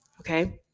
Okay